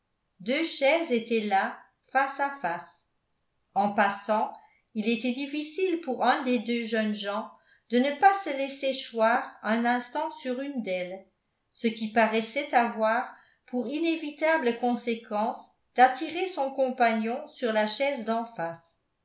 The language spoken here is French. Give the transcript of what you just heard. deux chaises étaient là face à face en passant il était difficile pour un des deux jeunes gens de ne pas se laisser choir un instant sur une d'elles ce qui paraissait avoir pour inévitable conséquence d'attirer son compagnon sur la chaise